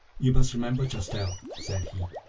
you must remember, chastel, said he,